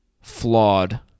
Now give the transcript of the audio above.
flawed